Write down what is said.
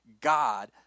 God